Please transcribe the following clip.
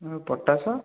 potash